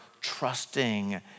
trusting